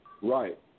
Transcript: Right